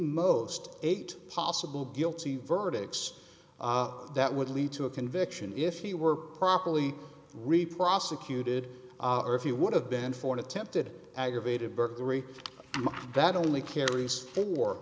most eight possible guilty verdicts that would lead to a conviction if he were properly re prosecuted or if you would have been for an attempted aggravated burglary that only carries